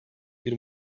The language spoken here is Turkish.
bir